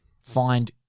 find